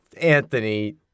Anthony